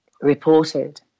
reported